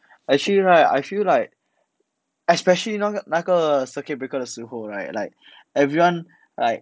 actually right I feel like especially 那个那个 circuit breaker 的时候 right like everyone like